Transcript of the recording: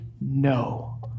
no